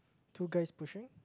two guys pushing